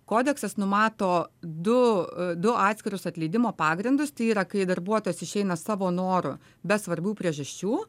kodeksas numato du du atskirus atleidimo pagrindus tai yra kai darbuotojas išeina savo noru be svarbių priežasčių